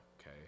okay